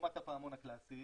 עקומת הפעמון הקלאסי,